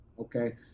okay